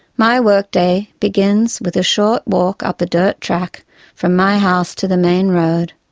my work day begins with a short walk up a dirt track from my house to the main road,